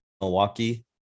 Milwaukee